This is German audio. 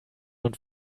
und